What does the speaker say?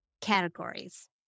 categories